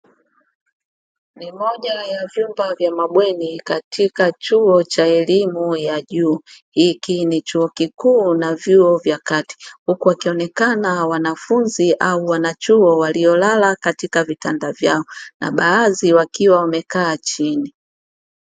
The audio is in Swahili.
Ni moja ya vyumba vya mabweni katika chuo cha elimu ya juu. Hiki ni chuo kikuu na vyuo vya kati huku wakionekana wanafunzi au wanachuo waliolala katika vitanda vyao na baadhi wakiwa wamekaa chini.